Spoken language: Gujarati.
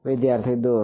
વિદ્યાર્થી દૂર